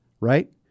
right